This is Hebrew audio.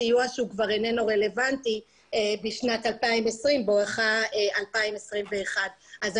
סיוע הוא כבר איננו רלוונטי בשנת 2020 בואך 2021. אני